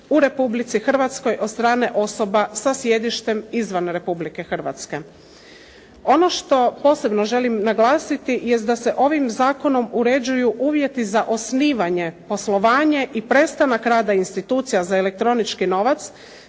u Republici Hrvatskoj od strane osoba sa sjedištem izvan Republike Hrvatske. Ono što posebno želim naglasiti jest da se ovim zakonom uređuju uvjeti za osnivanje, poslovanje i prestanak rada institucija za elektronički novac